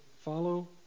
follow